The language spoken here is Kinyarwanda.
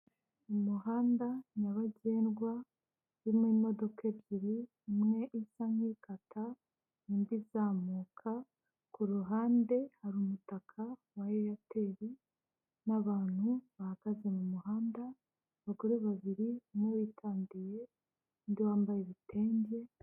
Mu muhanda nyabagendwa urimo imodokadoka ebyiri, imwe isa nkikata indi izamuka, ku ruhande hari umutaka wa eyateri n'abantu bahagaze mu muhanda, abagore babiri umwe witandiye undi wambaye ibitenge.